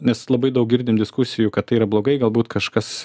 mes labai daug girdim diskusijų kad tai yra blogai galbūt kažkas